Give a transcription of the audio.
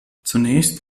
zunächst